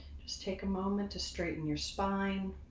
just take a moment to straighten your spine.